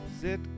Sit